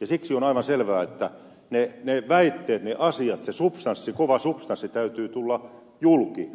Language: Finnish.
ja siksi on aivan selvää että niiden väitteiden niiden asioiden sen substanssin kovan substanssin täytyy tulla julki